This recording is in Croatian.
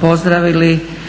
pozdravili